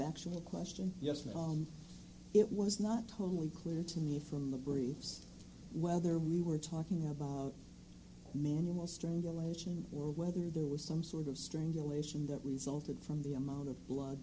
factual question yes no it was not totally clear to me from the briefs whether we were talking about manual strangulation in world whether there was some sort of strange elation that we salted from the amount of blood